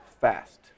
fast